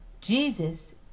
jesus